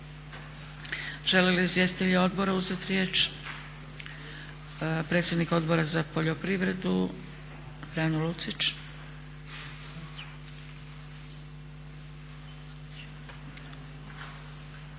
Žele li izvjestitelji odora uzeti riječ?